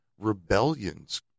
rebellions